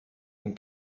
une